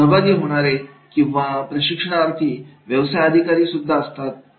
सहभागी होणारे किंवा प्रशिक्षणार्थी व्यवसाय अधिकारी असतात